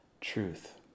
truth